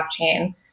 blockchain